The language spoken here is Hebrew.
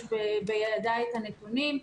יש בידי את הנתונים.